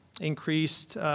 increased